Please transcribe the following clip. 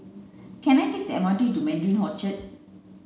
can I take the M R T to Mandarin Orchard